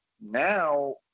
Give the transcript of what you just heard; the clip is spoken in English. Now